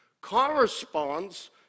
corresponds